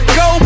go